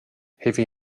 heavy